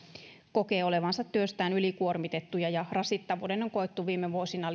kokee olevansa työstään ylikuormitettuja ja rasittavuuden on koettu viime vuosina